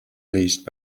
leased